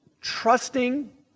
trusting